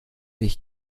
ich